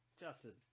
Justin